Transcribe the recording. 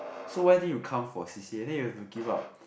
so why didn't you come for C_C_A then you have to give up